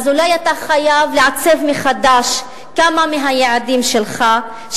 אז אולי אתה חייב לעצב מחדש כמה מהיעדים שלך,